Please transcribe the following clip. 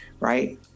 Right